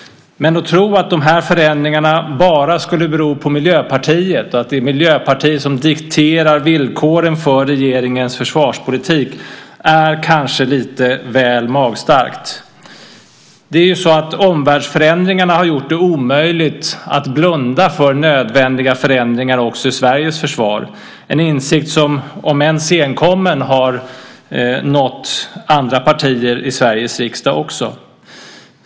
Men att tro att de här förändringarna bara skulle bero på Miljöpartiet och att det är Miljöpartiet som dikterar villkoren för regeringens försvarspolitik är kanske lite väl magstarkt. Omvärldsförändringarna har gjort det omöjligt att blunda för nödvändiga förändringar också i Sveriges försvar. Det är en insikt som, om än senkommen, har nått andra partier i Sveriges riksdag också.